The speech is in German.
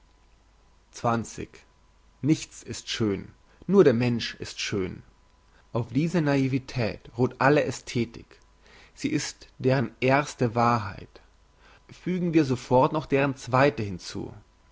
nichts ist schön nur der mensch ist schön auf dieser naivetät ruht alle ästhetik sie ist deren erste wahrheit fügen wir sofort noch deren zweite hinzu